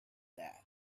that